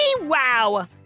Wow